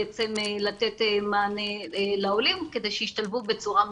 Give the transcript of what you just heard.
בעצם לתת מענה לעולים כדי שישתלבו בצורה מיטבית.